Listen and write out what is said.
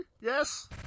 Yes